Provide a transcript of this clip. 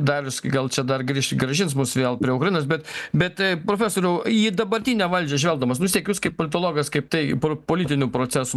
darius gal čia dar grįš grąžins mus vėl prie ukrainos bet bet profesoriau į dabartinę valdžią žvelgdamas nu vis tiek jūs kaip politologas kaip tai politinių procesų